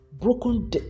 broken